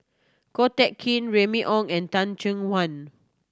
Ko Teck Kin Remy Ong and Teh Cheang Wan